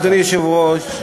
אדוני היושב-ראש,